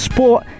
Sport